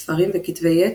ספרים וכתבי עת,